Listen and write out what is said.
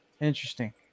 Interesting